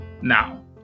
Now